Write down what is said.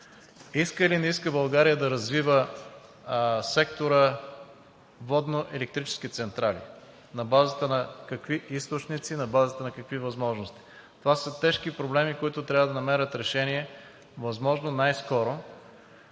Иска или не иска България да развива сектора „Водноелектрически централи“? На базата на какви източници, на базата на какви възможности? Това са тежки проблеми, които трябва да намерят решение възможно най-скоро.